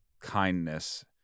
kindness